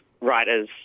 writers